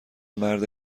مرد